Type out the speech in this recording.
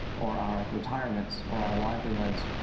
or our retirements, or our livelihoods.